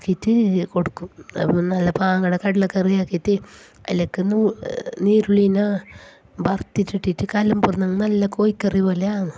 ആക്കിയിട്ട് കൊടുക്കും നല്ല പാങ്ങുള്ള കടലക്കറി ആക്കിയിട്ട് അതിലേക്കു നീരള്ളിയെ വറുത്തിട്ടിട്ട് കലം പോര്ന്നാല് നല്ല കോഴിക്കറി പോലെ ആണ്